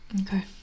Okay